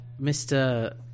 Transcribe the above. Mr